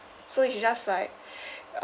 so if you just like